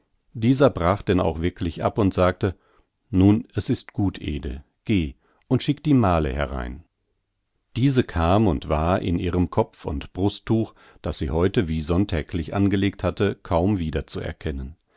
dieser brach denn auch wirklich ab und sagte nun es ist gut ede geh und schicke die male herein diese kam und war in ihrem kopf und brusttuch das sie heute wie sonntäglich angelegt hatte kaum wieder